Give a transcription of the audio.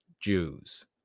Jews